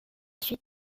suite